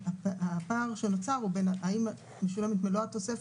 הפער שנוצר הוא בין האם משולמת מלוא התוספת,